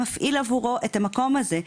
מפעיל עבורו את המקום הזה.